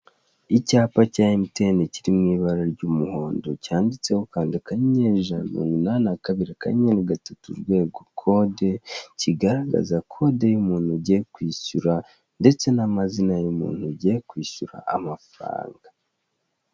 Icyapa cya MTN kiri mu ibara ry'umuhondo cyanditseho kanda akanyenyeri ijana na mirongo inani na kabiri akanyenyeri gatatu urwego code, kigaragaza code y'umuntu ugiye kwishyura ndetse n'amazina y'umuntu ugiye kwishyura amafaranga.